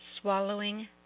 swallowing